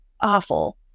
awful